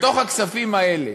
בתוך הכספים האלה,